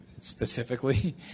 specifically